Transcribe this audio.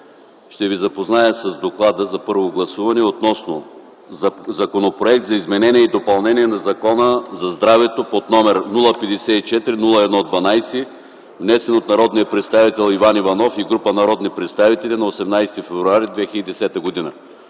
събрание да приеме на първо гласуване Законопроект за изменение и допълнение на Закона за здравето, № 054-01-12, внесен от народния представител Иван Иванов и група народни представители на 18 февруари 2010 г.”